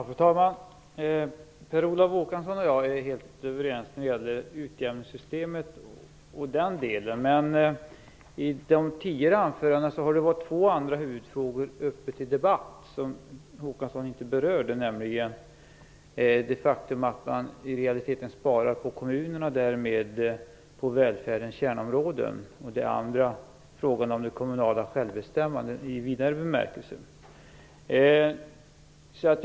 Fru talman! Per Olof Håkansson och jag är helt överens när det gäller utjämningssystemet. Men i de tidigare anförandena har två andra huvudfrågor varit uppe till debatt, nämligen det faktum att man i realiteten sparar på kommunerna och därmed på välfärdens kärnområden samt frågan om det kommunala självbestämmandet i vidare bemärkelse. Per Olof Håkansson berörde inte dessa frågor.